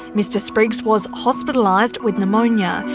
mr spriggs was hospitalised with pneumonia,